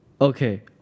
Okay